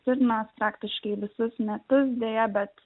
stirnos praktiškai visus metus deja bet